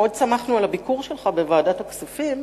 מאוד שמחנו על הביקור שלך בוועדת הכספים,